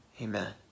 Amen